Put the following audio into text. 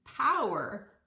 power